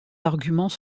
arguments